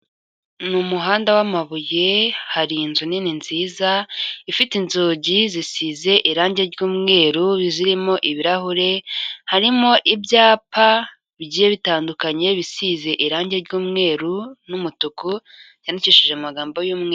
Ni umuhanda w'amabuye hari inzu nini nziza ifite inzugi zisize irangi ry'umweru zirimo ibirahure, harimo ibyapa bigiye bitandukanye, bisize irangi ry'umweru n'umutuku yandikishije amagambo y'umweru.